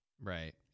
Right